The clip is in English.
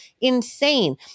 insane